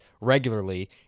regularly